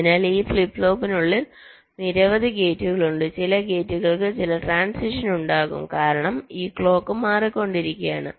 അതിനാൽ ഈ ഫ്ലിപ്പ് ഫ്ലോപ്പിനുള്ളിൽ നിരവധി ഗേറ്റുകൾ ഉണ്ട് ചില ഗേറ്റുകൾക്ക് ചില ട്രാന്സിഷൻസ് ഉണ്ടാകും കാരണം ഈ ക്ലോക്ക് മാറിക്കൊണ്ടിരിക്കുകയാണ്